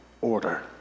order